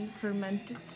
fermented